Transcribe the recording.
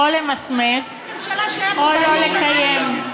או למסמס או לא לקיים.